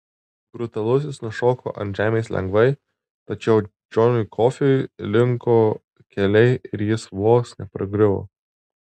brutalusis nušoko ant žemės lengvai tačiau džonui kofiui linko keliai ir jis vos nepargriuvo